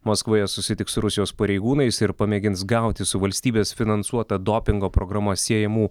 maskvoje susitiks su rusijos pareigūnais ir pamėgins gauti su valstybės finansuota dopingo programa siejamų